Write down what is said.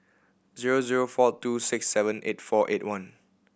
zero zero four two six seven eight four eight one